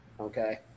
okay